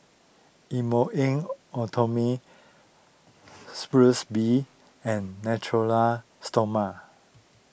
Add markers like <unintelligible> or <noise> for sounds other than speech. <unintelligible> Bee and Natura Stoma